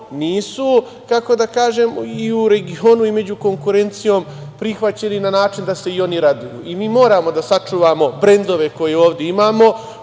nisu, kako da kažem, i u regionu i među konkurencijom prihvaćeni na način da se i oni raduju? I mi moramo da sačuvamo brendove koje ovde imamo